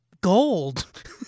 gold